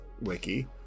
Wiki